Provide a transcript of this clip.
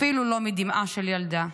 אפילו לא מדמעה של ילדה."